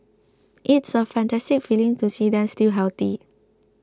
it's a fantastic feeling to see them still healthy